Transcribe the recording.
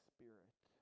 Spirit